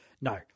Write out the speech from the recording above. No